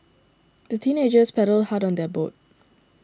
the teenagers paddled hard on their boat